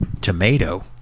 Tomato